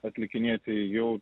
atlikinėti jau